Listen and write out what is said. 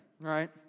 right